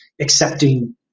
accepting